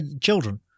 Children